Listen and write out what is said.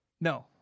No